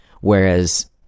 whereas